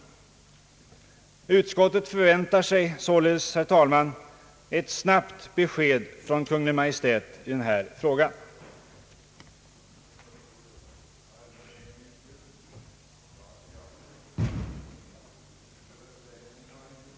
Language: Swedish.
Utskottet förväntar sig således, herr talman, ett snabbt besked från Kungl. Maj:t i den här frågan. högskolor från och med nästa budgetår borde inrättas en Up-tjänst som Öövningslärare vid grundskolan i vart och ett av ämnena musik, teckning och gymnastik.